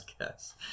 guess